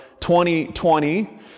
2020